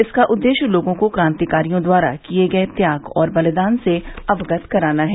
इसका उददेश्य लोगों को कांतिकारियों द्वारा किये गये त्याग और बलिदान से अवगत कराना है